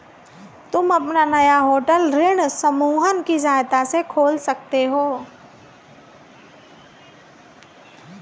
तुम अपना नया होटल ऋण समूहन की सहायता से खोल सकते हो